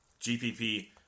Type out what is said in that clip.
GPP